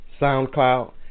SoundCloud